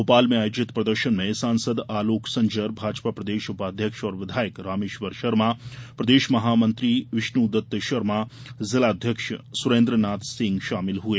भोपाल में आयोजित प्रदर्शन में सांसद आलोक संजर भाजपा प्रदेश उपाध्यक्ष और विधायक रामेश्वर शर्मा प्रदेश महामंत्री विष्णुदत्त शर्मा जिला अध्यक्ष सुरेन्द्रनाथ सिंह शामिल हुए